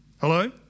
Hello